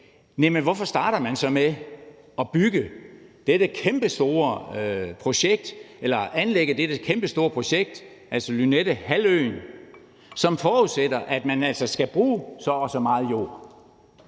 hvorfor starter man så med at anlægge dette kæmpestore projekt, altså Lynettehalvøen, som forudsætter, at man skal bruge så og så meget jord?